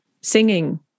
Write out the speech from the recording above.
singing